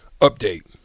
update